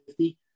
50